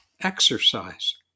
exercise